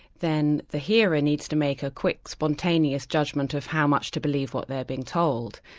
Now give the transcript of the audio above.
then the hearer and needs to make a quick spontaneous judgment of how much to believe what they've been told.